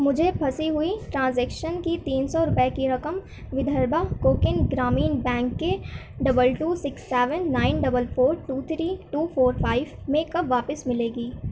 مجھے پھنسی ہوئی ٹرانزیکشن کی تین سو روپے کی رقم ودربھا کوکن گرامین بینک کے double two six seven nine double four two three two four five میں کب واپس ملے گی